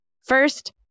First